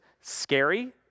scary